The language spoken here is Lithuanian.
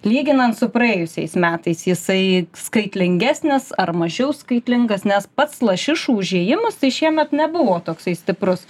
lyginant su praėjusiais metais jisai skaitlingesnis ar mažiau skaitlingas nes pats lašišų užėjimas tai šiemet nebuvo toksai stiprus